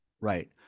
Right